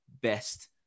best